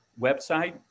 website